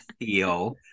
feel